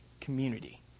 community